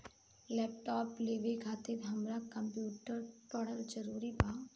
Laptop लेवे खातिर हमरा कम्प्युटर पढ़ल जरूरी बा?